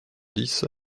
dix